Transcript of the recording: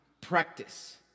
practice